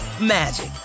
magic